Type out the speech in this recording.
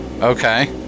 Okay